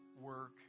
work